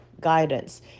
guidance